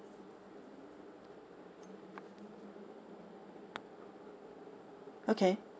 okay